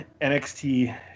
NXT